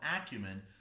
acumen